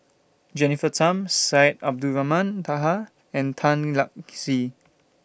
Jennifer Tham Syed Abdulrahman Taha and Tan Lark Sye